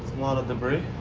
lot of debris.